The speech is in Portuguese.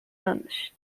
anos